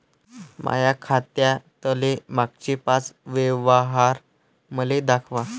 माया खात्यातले मागचे पाच व्यवहार मले दाखवा